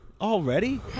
Already